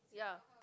ya